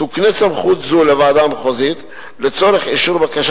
תוקנה סמכות זו לוועדה המחוזית לצורך אישור בקשה